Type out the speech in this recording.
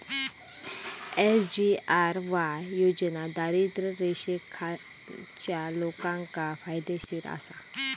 SGRY योजना दारिद्र्य रेषेखालच्या लोकांका फायदेशीर आसा